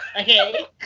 okay